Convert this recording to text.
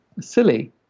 silly